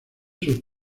sus